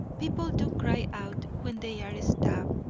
people do cry out when they are stabbed,